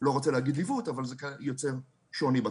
חמש דקות לדבר על המחקר החשוב שעשית לא מזמן והעדכון החדש שבדרך.